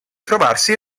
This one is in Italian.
trovarsi